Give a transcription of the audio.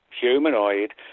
humanoid